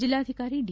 ಜಿಲ್ಲಾಧಿಕಾರಿ ದಿ